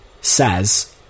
says